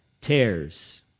tears